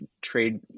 trade